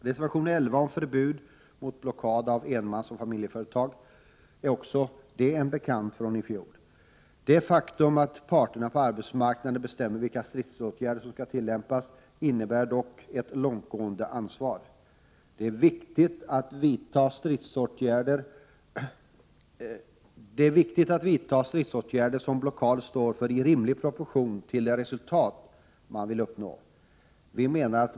Reservation 11 om förbud mot blockad av enmanseller familjeföretag är också bekant från i fjol. Det faktum att parterna på arbetsmarknaden bestämmer vilka stridsåtgärder som skall tillämpas innebär dock ett långtgå ende ansvar. Det är viktigt att vidtagna stridsåtgärder som blockad står i rimlig proportion till det resultat man vill uppnå.